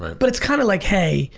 but it's kinda like, hey,